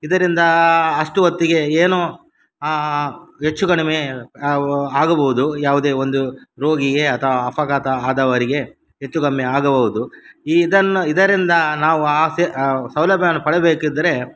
ಇದರಿಂದ ಅಷ್ಟು ಹೊತ್ತಿಗೆ ಏನು ಹೆಚ್ಚು ಕಡ್ಮೆ ಆಗಬೌದು ಯಾವುದೇ ಒಂದು ರೋಗಿಗೆ ಅಥವಾ ಅಪಘಾತ ಆದವರಿಗೆ ಹೆಚ್ಚು ಕಮ್ಮಿ ಆಗಬೌದು ಈ ಇದನ್ನು ಇದರಿಂದ ನಾವು ಆಸೆ ಸೌಲಭ್ಯವನ್ನು ಪಡೆಯಬೇಕಿದ್ದರೆ